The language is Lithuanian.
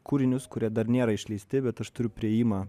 kūrinius kurie dar nėra išleisti bet aš turiu priėjimą